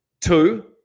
Two